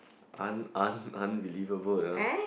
un~ un~ un~ unbelievable that one